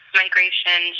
migration